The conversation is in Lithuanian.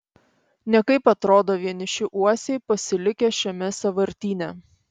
nekaip atrodo vieniši uosiai pasilikę šiame sąvartyne